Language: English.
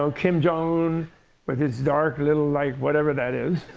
so kim jong-un with his dark, little like whatever that is,